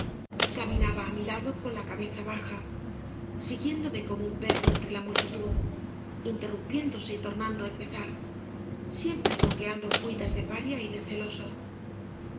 caminaba á mi lado con la cabeza baja siguiéndome como un perro entre la multitud interrumpiéndose y tornando á empezar siempre zongueando cuitas de paria y de celoso